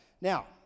now